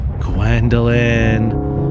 Gwendolyn